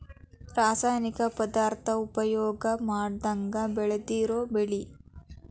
ರಾಸಾಯನಿಕ ಪದಾರ್ಥಾ ಉಪಯೋಗಾ ಮಾಡದಂಗ ಬೆಳದಿರು ಬೆಳಿ